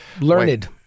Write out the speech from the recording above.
Learned